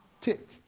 tick